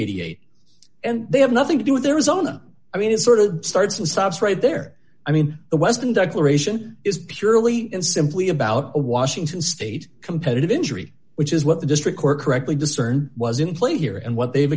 eighty eight they have nothing to do with arizona i mean sort of starts with stops right there i mean the west conduct aeration is purely and simply about a washington state competitive injury which is what the district court correctly discern was in play here and what they've